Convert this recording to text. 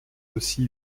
aussi